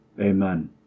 Amen